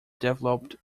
developed